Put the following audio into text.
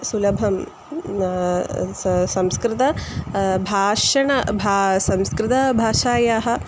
सुलभं सा संस्कृतं भाषण भाषणं संस्कृताभाषायाः